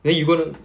then you going to